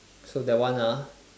so that one ah